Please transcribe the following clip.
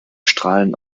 strahlen